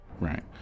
Right